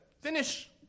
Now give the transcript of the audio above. finish